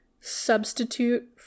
substitute